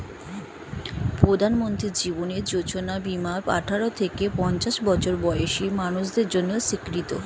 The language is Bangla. প্রধানমন্ত্রী জীবন যোজনা বীমা আঠারো থেকে পঞ্চাশ বছর বয়সের মানুষদের জন্য স্বীকৃত